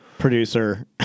Producer